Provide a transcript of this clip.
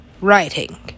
writing